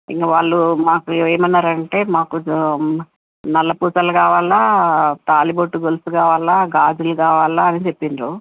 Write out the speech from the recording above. ఇంకా వాళ్ళు మాకు ఏమన్నారంటే మాకు నల్లపూసల కావాలా తాళిబొట్టు గొలుసు కావాలా గాజులు కావాలా అని చెప్పినారు